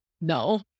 No